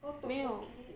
没有